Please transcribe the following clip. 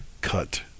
cut